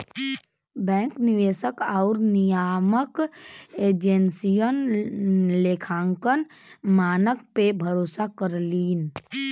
bank निवेशक आउर नियामक एजेंसियन लेखांकन मानक पे भरोसा करलीन